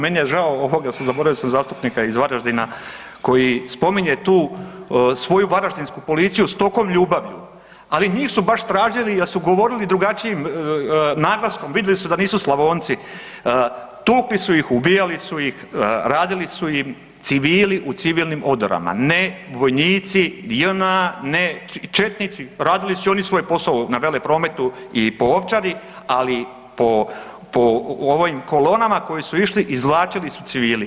Meni je žao ovoga, zaboravio sam zastupnika iz Varaždina koji spominje tu svoju varaždinsku policiju s tolikom ljubavlju ali njih su baš tražili jer su govorili drugačijim naglaskom, vidjeli su da nisu Slavonci, tukli su ih, ubijali su ih, radili su im civili u civilnim odorama, ne vojnici, JNA, ne četnici, radili su i oni svoj posao na Veleprometu i po Ovčari ali po ovim kolonama koje su išli, izvlačili su civili.